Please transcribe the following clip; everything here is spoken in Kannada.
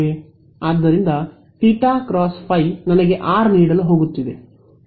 ಆದ್ದರಿಂದ ತೀಟಾ x ಫೈ ನನಗೆ ಆರ್ ನೀಡಲು ಹೋಗುತ್ತಿದೆ